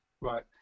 right